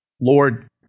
Lord